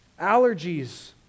allergies